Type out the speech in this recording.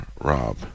Rob